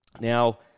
Now